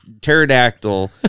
pterodactyl